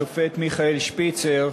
השופט מיכאל שפיצר,